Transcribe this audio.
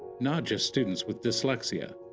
not just students with dyslexia.